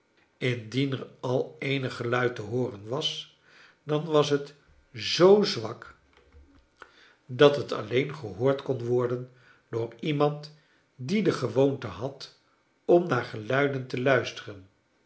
indien er al eenig geluid te hooren was dan was het zoo zwak dat het alleen gehoord kon worden door iemand die de gewoonte had om naar geluiden te luisteren